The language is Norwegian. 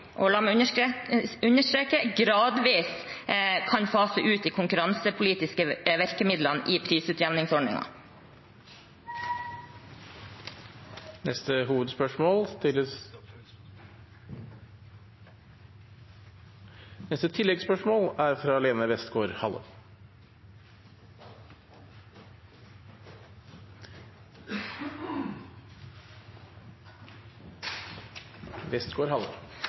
og la meg understreke det – kan fase ut de konkurransepolitiske virkemidlene i prisutjamningsordningen. Lene Westgaard-Halle – til